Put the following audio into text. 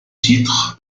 titre